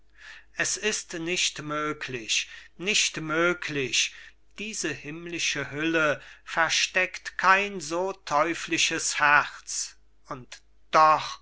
es ist nicht möglich nicht möglich diese himmlische hülle versteckt kein so teuflisches herz und doch